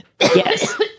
Yes